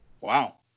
Wow